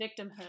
victimhood